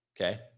okay